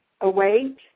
await